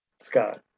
Scott